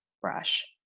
brush